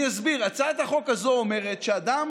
אני אסביר: הצעת החוק הזאת אומרת שבמדינת ישראל